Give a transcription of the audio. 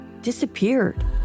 disappeared